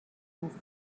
است